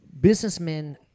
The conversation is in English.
businessmen